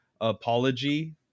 apology